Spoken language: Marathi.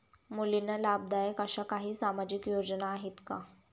मुलींना लाभदायक अशा काही सामाजिक योजना आहेत का?